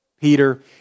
Peter